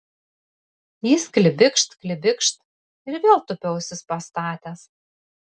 jis klibikšt klibikšt ir vėl tupi ausis pastatęs